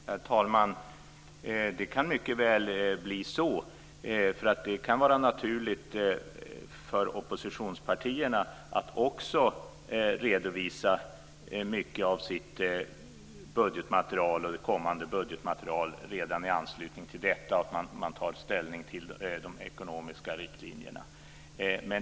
Herr talman! Det kan mycket väl bli så. Det kan vara naturligt för oppositionspartierna att också redovisa mycket av sitt kommande budgetmaterial redan i anslutning till att man tar ställning till de ekonomiska riktlinjerna.